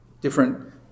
different